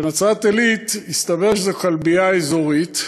בנצרת-עילית הסתבר שזו כלבייה אזורית,